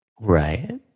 Right